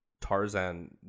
Tarzan